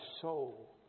soul